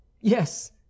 Yes